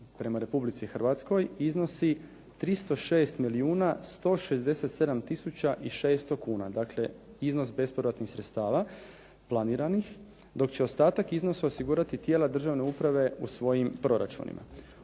prema Republici Hrvatskoj iznosi 306 milijuna 167 tisuća i 600 kuna, dakle iznos bespovratnih sredstava planiranih dok će ostatak iznosa osigurati tijela državne uprave u svojim proračunima.